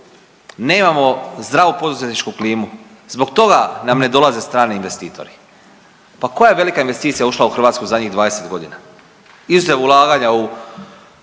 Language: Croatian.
nemamo zdravu poduzetničku klimu. Zbog toga nam ne dolaze strani investitori. Pa koja velika investicija je ušla u Hrvatsku zadnjih 20 godina izuzev ulaganja u